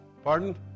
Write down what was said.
Pardon